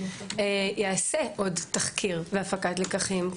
יעשה עוד תחקיר והפקת לקחים.